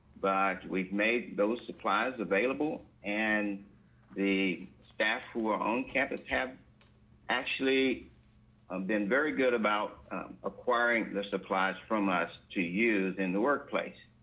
but we've made those supplies available and the staff who are on campus actually um been very good about acquiring the supplies from us to use in the workplace.